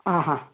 ಹಾಂ ಹಾಂ